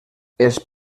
els